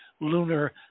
lunar